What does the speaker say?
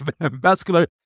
vascular